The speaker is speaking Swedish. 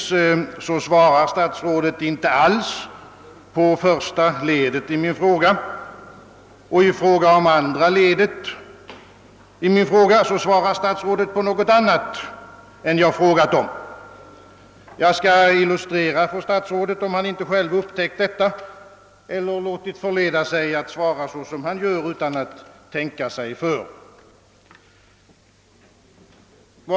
Statsrådet svarar inte alls på första ledet i min fråga och beträffande andra ledet svarar han på något annat än jag frågat om. Jag skall försöka illustrera detta för statsrådet, om han inte själv upptäckt bristen i sitt svar eller låtit sig förledas att avlämna ett dylikt svar utan att tänka sig för.